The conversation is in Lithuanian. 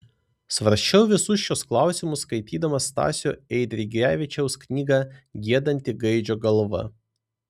svarsčiau visus šiuos klausimus skaitydamas stasio eidrigevičiaus knygą giedanti gaidžio galva